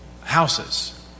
houses